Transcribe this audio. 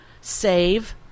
save